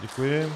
Děkuji.